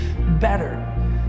better